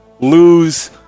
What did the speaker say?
lose